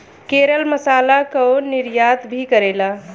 केरल मसाला कअ निर्यात भी करेला